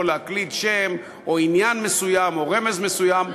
להקליד שם או עניין מסוים או רמז מסוים,